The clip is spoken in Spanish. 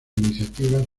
iniciativas